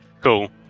Cool